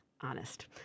Honest